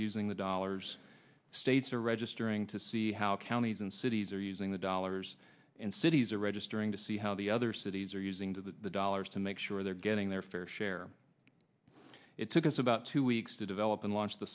using the dollars states are registering to see how counties and cities are using the dollars and cities are registering to see how the other cities are using to the dollars to make sure they're getting their fair share it took us about two weeks to develop and launch the